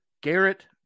Garrett